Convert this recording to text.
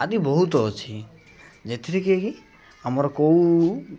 ଆଦି ବହୁତ ଅଛି ଯେଥିର କେହି ଆମର କେଉଁ